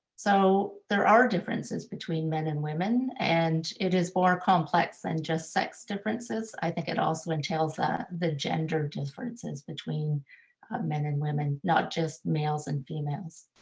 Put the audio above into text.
so there are differences between men and women, and it is more complex than just sex differences. i think it also entails that the gender differences between men and women, not just males and females.